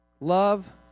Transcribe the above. Love